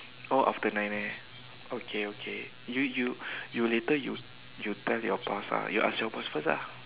oh after nine eh okay okay you you you later you tell your boss ah you ask your boss first ah